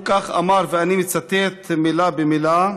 כך הוא אמר, ואני מצטט מילה במילה: